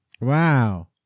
Wow